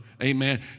Amen